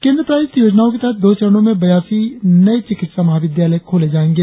केंद्र प्रायोजित योजनाओं के तहत दो चरणों में बयासी नये चिकित्सा महाविद्यालय खोले जाएंगे